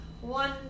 one